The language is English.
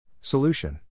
Solution